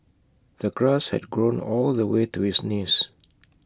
the grass had grown all the way to his knees